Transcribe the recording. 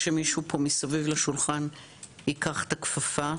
מקווה שמישהו פה מסביב לשולחן ייקח את הכפפה.